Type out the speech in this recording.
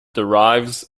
derives